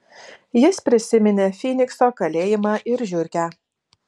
jis prisiminė fynikso kalėjimą ir žiurkę